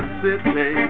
city